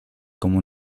como